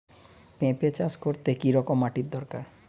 পেঁপে চাষ করতে কি রকম মাটির দরকার?